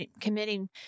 committing